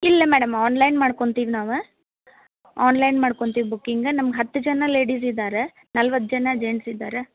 ಇಲ್ಲ madam online ಮಾಡ್ಕೊಂತೀವಿ ನಾವು ಆನ್ಲೈನ್ ಮಾಡ್ಕೊಂತೀವಿ ಬುಕ್ಕಿಂಗ ನಮ್ಗೆ ಹತ್ತು ಜನ ಲೇಡಿಸ್ ಇದಾರೆ ನಲ್ವತ್ತು ಜನ ಜೆಂಟ್ಸ್ ಇದಾರೆ